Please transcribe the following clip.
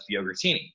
Yogurtini